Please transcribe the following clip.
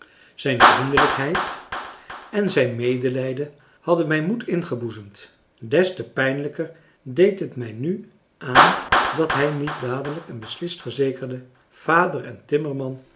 zijn vriendelijkheid en zijn medelijden hadden mij moed ingeboezemd des te pijnlijker deed het mij nu aan dat hij niet dadelijk en beslist verzekerde vader en de timmerman